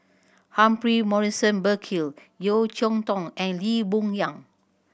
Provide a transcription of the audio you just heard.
Humphrey Morrison Burkill Yeo Cheow Tong and Lee Boon Yang